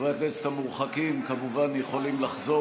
חברי הכנסת המורחקים כמובן יכולים לחזור